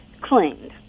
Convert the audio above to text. cleaned